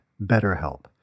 BetterHelp